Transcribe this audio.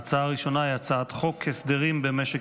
ההצעה הראשונה היא הצעת חוק ההסדרים במשק